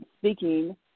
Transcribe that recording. speaking